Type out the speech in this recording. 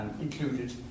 included